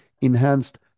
enhanced